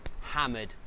hammered